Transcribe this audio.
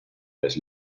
les